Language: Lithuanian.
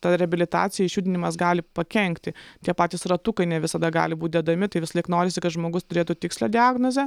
ta reabilitacija išjudinimas gali pakenkti tie patys ratukai ne visada gali būti dedami tai visąlaik norisi kad žmogus turėtų tikslią diagnozę